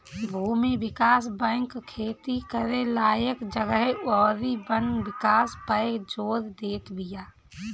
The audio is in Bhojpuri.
भूमि विकास बैंक खेती करे लायक जगह अउरी वन विकास पअ जोर देत बिया